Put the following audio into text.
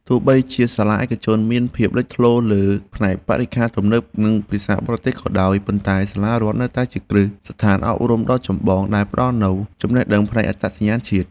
ទោះបីជាសាលាឯកជនមានភាពលេចធ្លោលើផ្នែកបរិក្ខារទំនើបនិងភាសាបរទេសក៏ដោយ ប៉ុន្តែសាលារដ្ឋនៅតែជាគ្រឹះស្ថានអប់រំដ៏ចម្បងដែលផ្ដល់នូវចំណេះដឹងផ្នែកអត្តសញ្ញាណជាតិ។